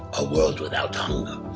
a world without hunger,